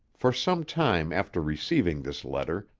for some time after receiving this letter,